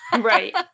right